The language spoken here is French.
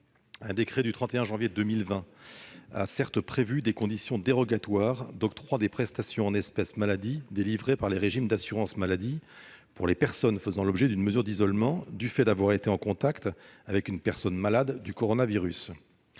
Un décret du 31 janvier dernier a certes prévu des conditions dérogatoires d'octroi des prestations en espèces délivrées par les régimes d'assurance maladie pour les personnes faisant l'objet d'une mesure d'isolement pour avoir été en contact avec une personne atteinte par le coronavirus.